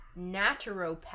naturopath